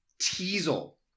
Teasel